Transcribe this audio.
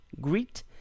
greet